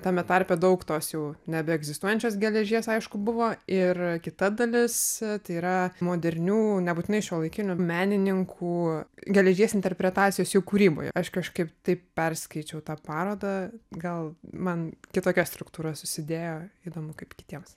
tame tarpe daug tos jau nebeegzistuojančios geležies aišku buvo ir kita dalis tai yra modernių nebūtinai šiuolaikinių menininkų geležies interpretacijos jų kūryboje aš kažkaip taip perskaičiau tą parodą gal man kitokia struktūra susidėjo įdomu kaip kitiems